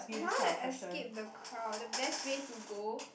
if I want to escape the crowd the best way to go